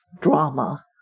drama